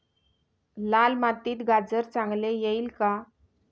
लाल मातीत गाजर चांगले येईल का?